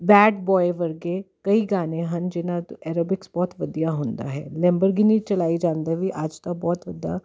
bed boy ਵਰਗੇ ਕਈ ਗਾਣੇ ਹਨ ਜਿਹਨਾਂ 'ਤੇ ਐਰੋਬਿਕਸ ਬਹੁਤ ਵਧੀਆ ਹੁੰਦਾ ਹੈ ਲੈਂਬਰਗਿਨੀ ਚਲਾਈ ਜਾਂਦੇ ਵੀ ਅੱਜ ਦਾ ਬਹੁਤ ਵਧੀਆ